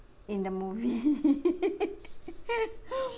in the movie